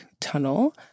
Tunnel